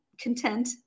content